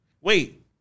Wait